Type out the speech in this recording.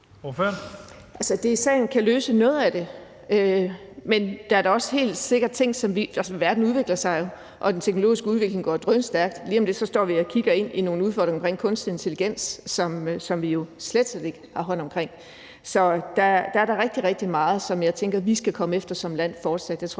DSA'en kan løse noget af det, men verden udvikler sig jo, og den teknologiske udvikling går drønstærkt, og lige om lidt står vi og kigger ind i nogle udfordringer omkring kunstig intelligens, som vi jo slet, slet ikke har taget hånd om. Så der er da rigtig, rigtig meget, som jeg tænker vi som land fortsat